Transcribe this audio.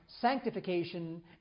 sanctification